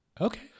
okay